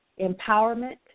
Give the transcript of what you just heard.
empowerment